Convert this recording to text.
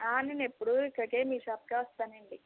నేను ఎప్పుడు ఇక్కడికే మీ షాప్కే వస్తానండి